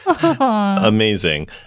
amazing